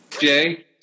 Jay